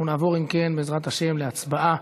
נעבור, אם כן, בעזרת השם, להצבעה.